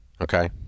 Okay